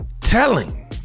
telling